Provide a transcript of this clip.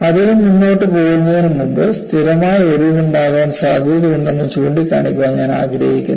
അധികം മുന്നോട്ട് പോകുന്നതിനുമുമ്പ് സ്ഥിരമായ ഒടിവുണ്ടാകാൻ സാധ്യതയുണ്ടെന്ന് ചൂണ്ടിക്കാണിക്കാൻ ഞാൻ ആഗ്രഹിക്കുന്നു